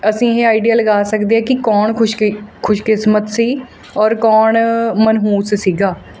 ਅਸੀਂ ਇਹ ਆਈਡੀਆ ਲਗਾ ਸਕਦੇ ਹਾਂ ਕਿ ਕੌਣ ਖੁਸ਼ਕਿ ਖੁਸ਼ਕਿਸਮਤ ਸੀ ਔਰ ਕੌਣ ਮਨਹੂਸ ਸੀਗਾ